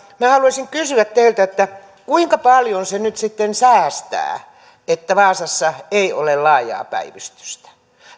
minä haluaisin kysyä teiltä kuinka paljon se nyt sitten säästää että vaasassa ei ole laajaa päivystystä